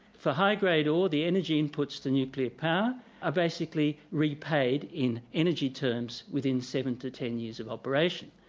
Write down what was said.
for high-grade ore the energy inputs to nuclear power are basically repaid in energy terms within seven to ten years of operation.